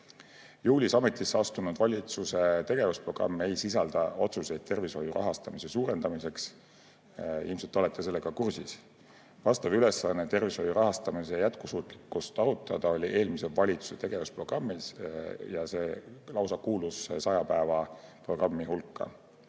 Juulis ametisse astunud valitsuse tegevusprogramm ei sisalda otsuseid tervishoiu rahastamise suurendamiseks. Ilmselt te olete sellega kursis. Ülesanne tervishoiu rahastamise jätkusuutlikkust arutada oli eelmise valitsuse tegevusprogrammis, see kuulus lausa saja päeva programmi hulka.